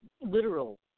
literal